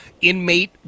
inmate